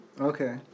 Okay